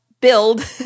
build